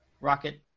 rocket